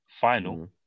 final